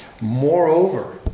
Moreover